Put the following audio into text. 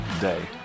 day